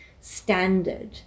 standard